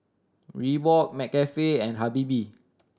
Reebok McCafe and Habibie